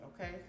Okay